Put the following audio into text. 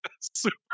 Super